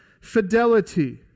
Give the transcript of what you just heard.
fidelity